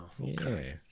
okay